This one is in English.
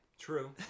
true